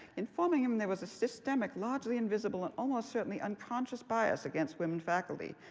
informing him there was a systemic, largely invisible, and almost certainly unconscious bias against women faculty.